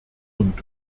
und